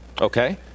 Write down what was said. Okay